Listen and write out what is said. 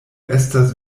estas